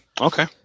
Okay